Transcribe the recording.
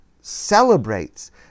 celebrates